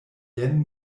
jen